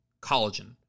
collagen